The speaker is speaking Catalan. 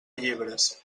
llebres